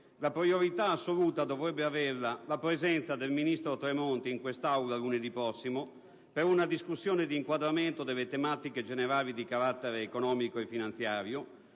la priorità assoluta dovrebbe averla la presenza del ministro Tremonti in quest'Aula lunedì prossimo per una discussione di inquadramento delle tematiche generali di carattere economico-finanziario